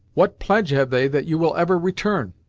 what pledge have they that you will ever return?